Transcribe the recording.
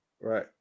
Right